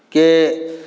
के